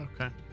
okay